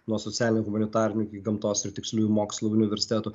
nuo socialinių humanitarinių gamtos ir tiksliųjų mokslų universitetų